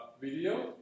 video